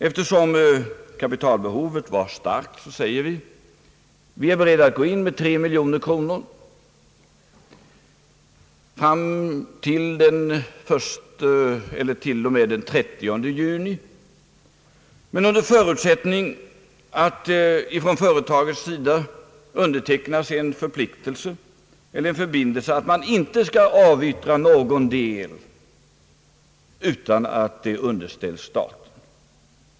Eftersom kapitalbehovet var stort, sade vi att vi var beredda att gå in med 3 miljoner kronor fram t.o.m. den 30 juni, men under förutsättning att företaget undertecknar en förbindelse att man inte skall avyttra någon del utan att detta underställes staten.